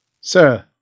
Sir